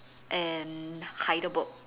and Heidelberg